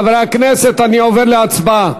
חברי הכנסת, אני עובר להצבעה.